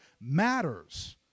matters